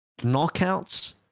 knockouts